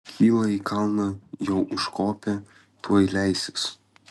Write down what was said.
kyla į kalną jau užkopė tuoj leisis